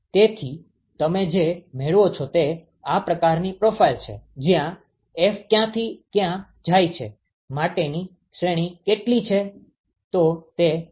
તેથી તમે જે મેળવો છો તે આ પ્રકારની પ્રોફાઇલ છે જ્યાં F ક્યાંથી ક્યાં જાય છે F માટેની શ્રેણી કેટલી છે